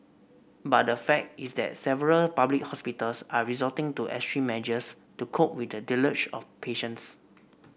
but the fact is that several public hospitals are resorting to extreme measures to cope with the deluge of patients